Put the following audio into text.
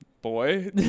boy